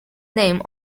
name